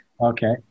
okay